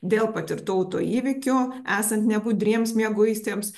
dėl patirtų autoįvykių esant ne budriems mieguistiems